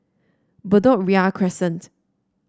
Bedok Ria Crescent